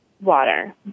water